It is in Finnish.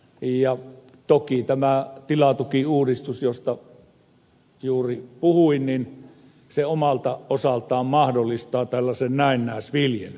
toki tämä tilatukiuudistus josta juuri puhuin omalta osaltaan mahdollistaa tällaisen näennäisviljelyn